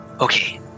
Okay